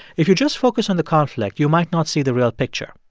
if you just focus on the conflict, you might not see the real picture.